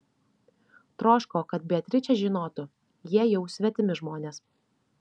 troško kad beatričė žinotų jie jau svetimi žmonės